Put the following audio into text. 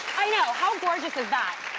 i know, how gorgeous is that?